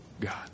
God